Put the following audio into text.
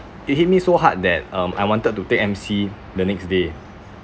it hit me so hard that um I wanted to take M_C the next day